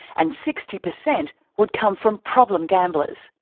and sixty percent would come from problem gamblers.